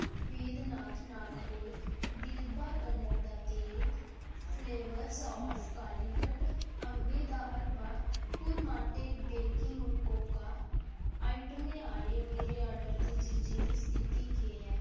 बैद्यनाथ नागपुर बिलबा कन्नड़ दा तेल फ्लेवर आफ कालीकट अंबें दा हलवा पुरमाटे बेकिंग कोका आइटमें आह्ले मेरे आर्डर दी चीजें दी स्थिति केह् ऐ